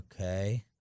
Okay